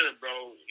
bro